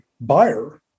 buyer